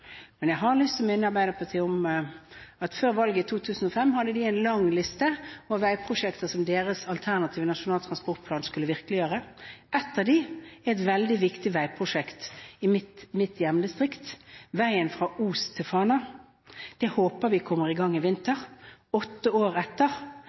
men jeg har lyst til å minne Arbeiderpartiet om at før valget i 2005 hadde de en lang liste over veiprosjekter som deres alternativ til Nasjonal transportplan skulle virkeliggjøre. Ett av dem er et veldig viktig veiprosjekt i mitt hjemdistrikt – veien fra Os til Fana. Jeg håper vi kommer i gang i